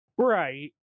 Right